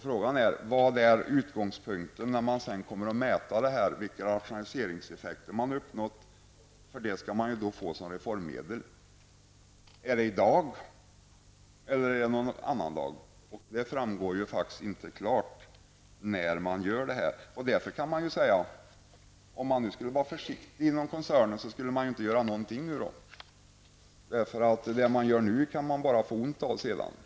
Frågan är vad utgångspunkten är när man sedan kommer att mäta vilka rationaliseringseffekter man uppnått. Det skall man ju få som reformmedel. Skall det ske i dag eller någon annan dag? Det framgår faktiskt inte klart när man skall göra detta. Man kan därför nu säga att om man skulle vara försiktig inom koncernen skulle man nu inte göra någonting; det som man gör nu kan man bara få ont av senare.